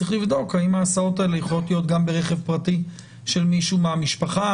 צריך לבדוק האם ההסעות האלה יכולות להיות גם ברכב פרטי של מישהו מהמשפחה